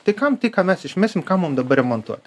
tik kam tai ką mes išmesim kam mum dabar remontuot